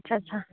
अच्छा अच्छा